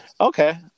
okay